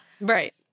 Right